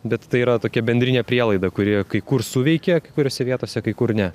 bet tai yra tokia bendrinė prielaida kuri kai kur suveikia kai kuriose vietose kai kur ne